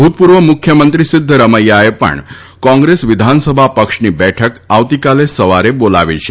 ભૂતપૂર્વ મુખ્યમંત્રી સિધ્ધરમૈયાએ પણ કોંગ્રેસ વિધાનસભા પક્ષની બેઠક આવતીકાલે સવારે બોલાવી છે